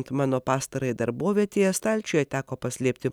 mano pastarajai darbovietėje stalčiuje teko paslėpti